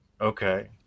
Okay